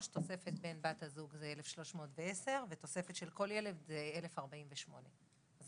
תוספת בן/בת הזוג זה 1,310 שקלים ותוספת של כל ילד זה 1,048 שקלים.